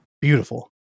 Beautiful